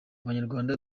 abanyarwanda